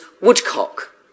woodcock